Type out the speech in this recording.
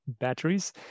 batteries